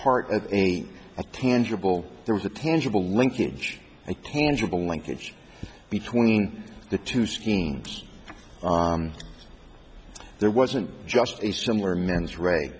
part of a tangible there was a tangible linkage a tangible linkage between the two schemes there wasn't just a similar mens rea